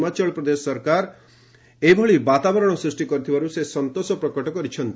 ହିମାଚଳ ପ୍ରଦେଶ ସରକାର ଏଭଳି ବାତାବରଣ ସୃଷ୍ଟି କରିଥିବାରୁ ସେ ସନ୍ତୋଷ ପ୍ରକାଶ କରିଛନ୍ତି